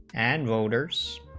and voters,